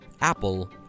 apple